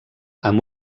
amb